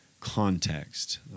context